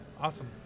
awesome